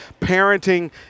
Parenting